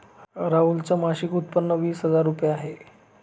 राहुल च मासिक उत्पन्न वीस हजार रुपये आहे